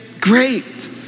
great